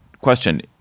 question